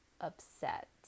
upset